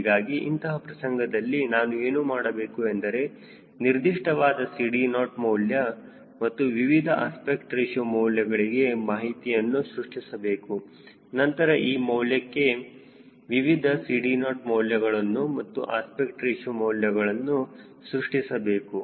ಹೀಗಾಗಿ ಇಂತಹ ಪ್ರಸಂಗದಲ್ಲಿ ನಾನು ಏನು ಮಾಡಬೇಕು ಎಂದರೆ ನಿರ್ದಿಷ್ಟವಾದ CD0 ಮೌಲ್ಯ ಮತ್ತು ವಿವಿಧ ಅಸ್ಪೆಕ್ಟ್ ರೇಶಿಯೋ ಮೌಲ್ಯಗಳಿಗೆ ಮಾಹಿತಿಯನ್ನು ಸೃಷ್ಟಿಸಬೇಕು ನಂತರ ಈ ಮೌಲ್ಯಕ್ಕೆ ವಿವಿಧ CD0 ಮೌಲ್ಯಗಳನ್ನು ಮತ್ತು ಅಸ್ಪೆಕ್ಟ್ ರೇಶಿಯೋ ಮೌಲ್ಯಗಳನ್ನು ಸೃಷ್ಟಿಸಬೇಕು